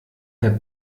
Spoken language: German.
herr